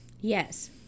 yes